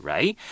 Right